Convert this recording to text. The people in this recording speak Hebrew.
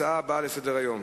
הצעות לסדר-היום